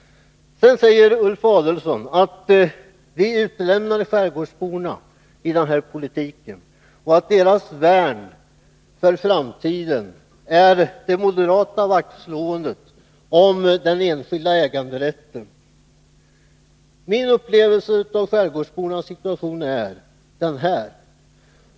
Sedan säger Ulf Adelsohn att vi utlämnar skärgårdsborna genom vår politik och att deras värn för framtiden är moderaternas vaktslående om den enskilda äganderätten. Min upplevelse av skärgårdsbornas situation är följande.